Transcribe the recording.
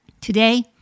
Today